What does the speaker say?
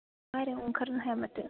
बाहेरायाव ओंखारनो हाया माथो